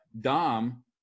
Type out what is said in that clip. Dom